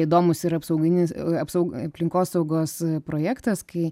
įdomūs ir apsauginis apsau aplinkosaugos projektas kai